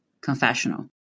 confessional